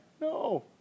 No